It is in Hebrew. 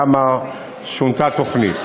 למה שונתה התוכנית.